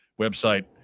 website